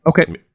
okay